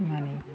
মানে